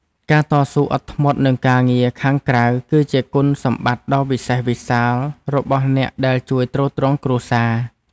ការតស៊ូអត់ធ្មត់នឹងការងារខាងក្រៅ គឺជាគុណសម្បត្តិដ៏វិសេសវិសាលរបស់អ្នកដែលជួយទ្រទ្រង់គ្រួសារ។